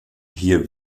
hier